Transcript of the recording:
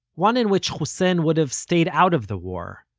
one in which hussein would have stayed out of the war,